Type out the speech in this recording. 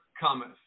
cometh